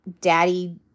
Daddy